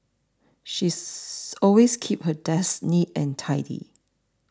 she is always keeps her desk neat and tidy